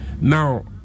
Now